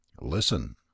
listen